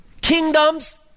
Kingdoms